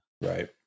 Right